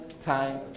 time